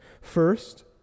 First